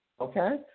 Okay